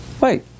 Wait